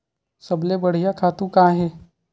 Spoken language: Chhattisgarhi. सबले बढ़िया खातु का हे?